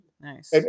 nice